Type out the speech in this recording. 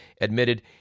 admitted